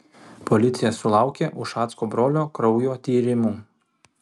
policija sulaukė ušacko brolio kraujo tyrimų